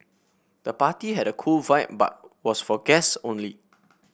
the party had a cool vibe but was for guests only